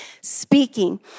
speaking